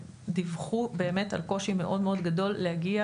דיווחו באמת על קושי מאוד מאוד גדול להגיע